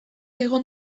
egon